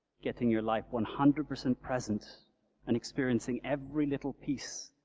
getting your life one hundred percent present and experiencing every little piece,